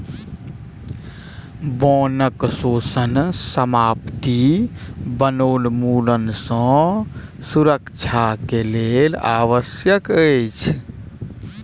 वनक शोषण समाप्ति वनोन्मूलन सँ सुरक्षा के लेल आवश्यक अछि